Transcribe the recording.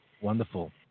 Wonderful